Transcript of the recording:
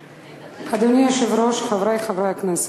אדוני היושב-ראש, חברי חברי הכנסת,